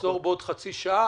נחזור בעוד חצי שעה.